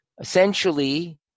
Essentially